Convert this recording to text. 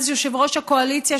אז יושב-ראש הקואליציה,